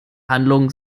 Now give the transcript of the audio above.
handlung